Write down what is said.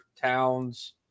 towns